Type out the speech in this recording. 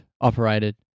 operated